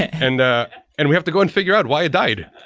and and we have to go and figure out why it died.